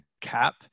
cap